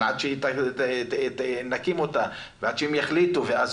אבל עד שנקים אותה ועד שהם יחליטו ואז